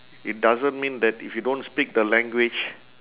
it doesn't mean that if you don't speak the language